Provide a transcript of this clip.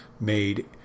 made